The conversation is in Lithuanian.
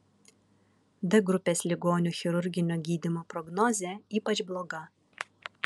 d grupės ligonių chirurginio gydymo prognozė ypač bloga